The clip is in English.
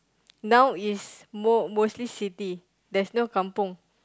now is most mostly city there's no kampung